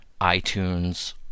iTunes